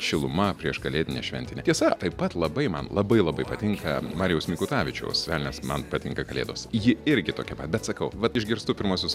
šiluma prieškalėdinė šventinė tiesa taip pat labai man labai labai patinka marijaus mikutavičiaus velnias man patinka kalėdos ji irgi tokia pat bet sakau vat išgirstu pirmuosius